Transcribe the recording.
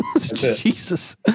Jesus